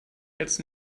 jetzt